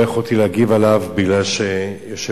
שלא יכולתי להגיב עליו, בגלל שהיושב-ראש